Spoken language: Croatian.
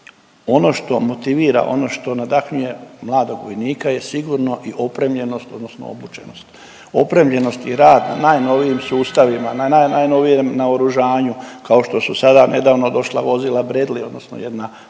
ono što motivira ono što nadahnjuje mladog vojnika je sigurno i opremljenost odnosno obučenost. Opremljenost i rad na najnovijim sustavima, na najnovijem naoružanju kao što su sada nedavno došla vozila Bredley, odnosno jedna